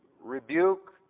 Rebuke